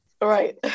Right